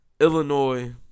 Illinois